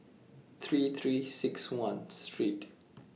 three three six one Street